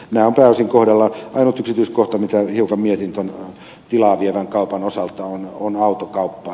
ainut yksityiskohta mitä hiukan mietin tuon tilaa vievän kaupan osalta on autokauppa